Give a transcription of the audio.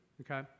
okay